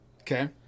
Okay